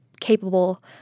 capable